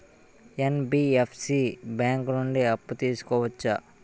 NBFC bank నుండి అప్పు తీసుకోవచ్చా?